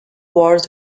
wars